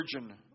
virgin